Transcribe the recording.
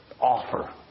Offer